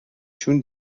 چون